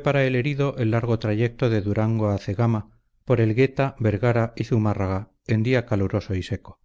para el herido el largo trayecto de durango a cegama por elgueta vergara y zumárraga en día caluroso y seco